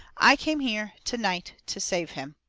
i came here to-night to save him.